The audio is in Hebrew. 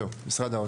טוב, משרד האוצר?